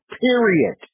period